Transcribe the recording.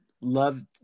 love